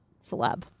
celeb